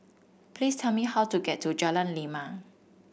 please tell me how to get to Jalan Lima